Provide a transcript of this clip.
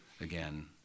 again